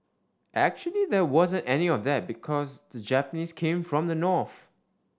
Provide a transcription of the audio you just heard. actually there wasn't any of that because the Japanese came from the north